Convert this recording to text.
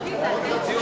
בעד, 21, נגד, 34,